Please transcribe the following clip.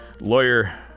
Lawyer